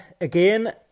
again